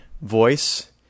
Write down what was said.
voice